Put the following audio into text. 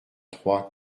trois